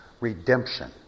Redemption